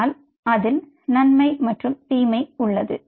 ஆனால் அதில் நன்மை மற்றும் தீமை உள்ளது